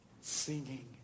singing